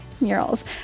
murals